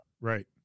Right